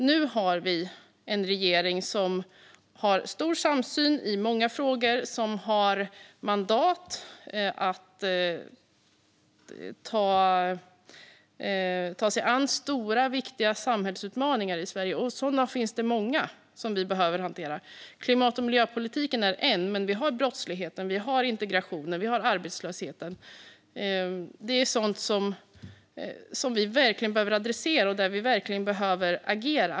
Nu har vi en regering som har stor samsyn i många frågor och som har mandat att ta sig an stora och viktiga samhällsutmaningar i Sverige - och sådana finns det många av - som vi behöver hantera. Klimat och miljöpolitiken är en, men vi har också brottsligheten, vi har integrationen och vi har arbetslösheten. Det är sådant som vi verkligen behöver adressera och där vi verkligen behöver agera.